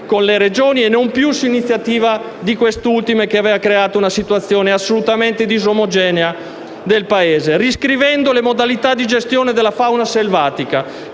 con le Regioni (e non più su iniziativa di queste ultime, cosa che aveva creato una situazione assolutamente disomogenea nel Paese), riscrivendo le modalità di gestione della fauna selvatica,